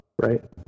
right